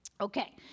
Okay